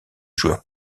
joueurs